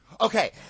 okay